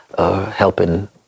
Helping